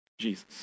Jesus